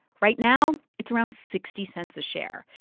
right now, it's around sixty cents a share.